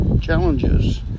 challenges